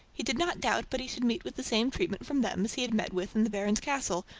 he did not doubt but he should meet with the same treatment from them as he had met with in the baron's castle,